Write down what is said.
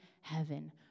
heaven